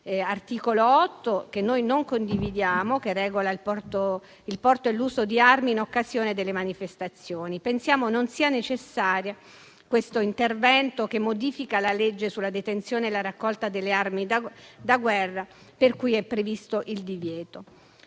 articolo 8, che noi non condividiamo, il quale regola il porto e l'uso di armi in occasione delle manifestazioni. Pensiamo non sia necessario questo intervento di modifica della legge sulla detenzione e la raccolta delle armi da guerra, per cui è previsto il divieto.